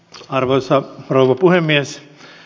arvoisa rouva puhemies